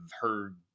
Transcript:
heard